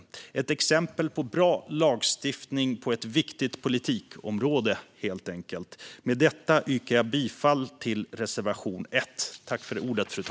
Det är helt enkelt ett exempel på bra lagstiftning på ett viktigt politikområde. Med detta yrkar jag bifall till reservation 1.